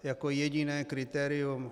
Jako jediné kritérium.